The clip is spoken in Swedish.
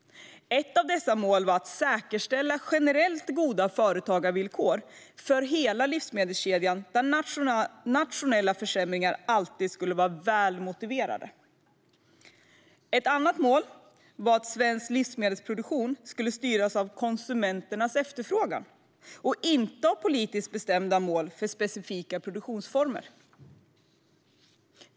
Ett av dessa mål var att säkerställa generellt goda företagarvillkor för hela livsmedelskedjan, där nationella försämringar alltid skulle vara väl motiverade. Ett annat mål var att svensk livsmedelsproduktion skulle styras av konsumenternas efterfrågan och inte av politiskt bestämda mål för specifika produktionsformer.